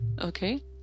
okay